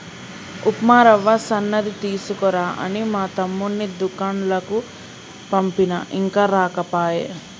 ఉప్మా రవ్వ సన్నది తీసుకురా అని మా తమ్ముణ్ణి దూకండ్లకు పంపిన ఇంకా రాకపాయె